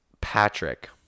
Patrick